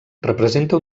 representa